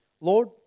Lord